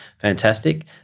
fantastic